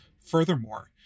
Furthermore